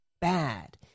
bad